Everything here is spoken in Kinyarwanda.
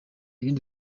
ibindi